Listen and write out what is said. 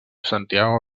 santiago